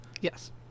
Yes